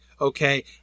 okay